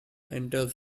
enters